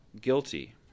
guilty